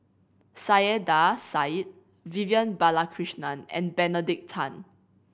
Saiedah Said Vivian Balakrishnan and Benedict Tan